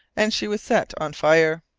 and she was set on fire.